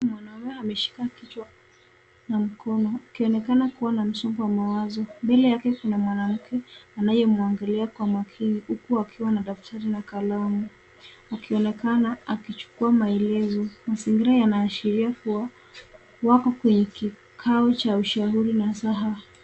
Mwanaume ameshika kichwa na mkono akionekana kuwa na msongo wa mawazo. Mbele yake kuna mwanamke anayemwangalia kwa umakini huku akiwa na daftari na kalamu akionekana kuchukua maelezo. Mazingira yanaashiria wako kwenye kikao cha ushauri nasaha.